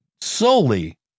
solely